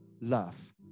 love